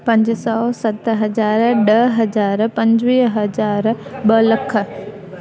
पंज सौ सत हज़ार ॾह हज़ार पंजवीह हज़ार ॿ लख